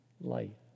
light